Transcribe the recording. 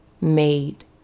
made